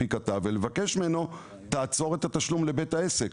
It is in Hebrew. למנפיק התו ולבקש ממנו לעצור את התשלום לבית העסק,